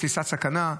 תפיסת סכנה,